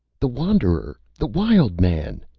the wanderer. the wild man!